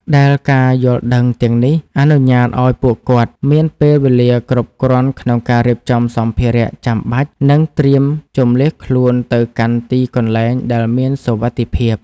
ដែលការយល់ដឹងទាំងនេះអនុញ្ញាតឱ្យពួកគាត់មានពេលវេលាគ្រប់គ្រាន់ក្នុងការរៀបចំសម្ភារៈចាំបាច់ និងត្រៀមជម្លៀសខ្លួនទៅកាន់ទីកន្លែងដែលមានសុវត្ថិភាព។